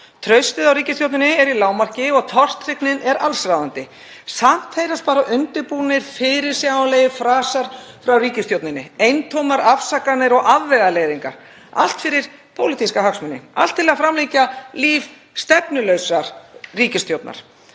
Traustið á ríkisstjórninni er í lágmarki og tortryggnin er allsráðandi. Samt heyrast bara undirbúnir fyrirsjáanlegir frasar frá ríkisstjórninni, eintómar afsakanir og afvegaleiðingar, allt fyrir pólitíska hagsmuni, allt til að framlengja líf stefnulausrar ríkisstjórnar.